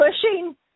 pushing